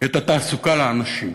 את התעסוקה לאנשים.